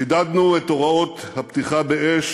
חידדנו את הוראות הפתיחה באש